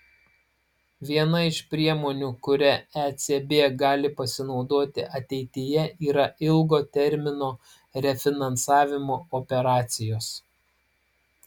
viena iš priemonių kuria ecb gali pasinaudoti ateityje yra ilgo termino refinansavimo operacijos